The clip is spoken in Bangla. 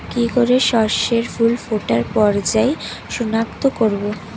কি করে শস্যের ফুল ফোটার পর্যায় শনাক্ত করব?